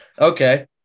Okay